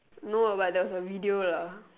no lah but there was a video lah